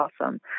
awesome